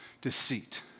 deceit